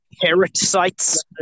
Parasites